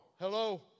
hello